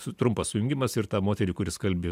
su trumpas sujungimas ir tą moterį kuri skalbė